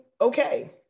okay